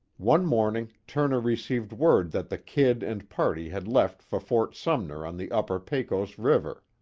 one morning, turner received word that the kid and party had left for fort sumner on the upper pecos river.